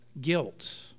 guilt